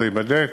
זה ייבדק.